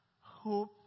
Hope